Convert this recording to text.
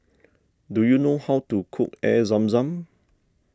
do you know how to cook Air Zam Zam